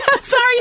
sorry